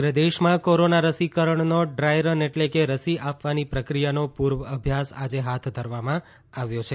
સમગ્ર દેશમાં કોરોના રસીકરણનો ડ્રાયરન એટલે કે રસી આપવાની પ્રક્રિયાનો પૂર્વઅભ્યાસ આજે હાથ ધરવામાં આવ્યો છે